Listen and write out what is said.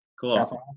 cool